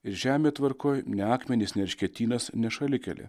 ir žemę tvarko ne akmenys ne erškėtynas ne šalikelė